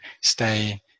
stay